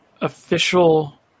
official